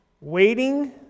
waiting